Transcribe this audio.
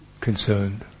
concerned